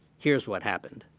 here's what happened.